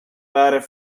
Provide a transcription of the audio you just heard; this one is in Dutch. waren